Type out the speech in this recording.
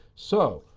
so,